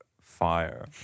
Fire